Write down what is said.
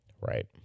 right